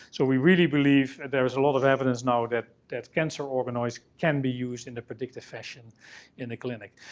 so, we really believe there is a lot of evidence, now, that that cancer organoids can be used in a predictive fashion in the clinic.